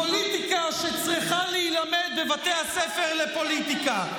פוליטיקה שצריכה להילמד בבתי הספר לפוליטיקה.